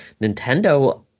Nintendo